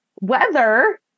weather